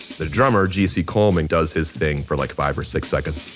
the drummer, gc coleman, does his thing for like five or six seconds